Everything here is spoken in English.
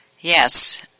Yes